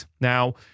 Now